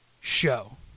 show